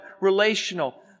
relational